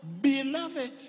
Beloved